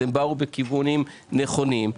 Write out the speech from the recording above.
הם באו בכיוונים נכונים.